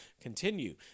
Continue